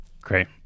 Great